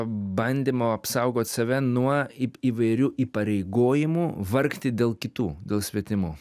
bandymo apsaugot save nuo į įvairių įpareigojimų vargti dėl kitų dėl svetimų